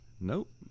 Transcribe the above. Nope